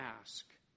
ask